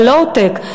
ב-low-tech,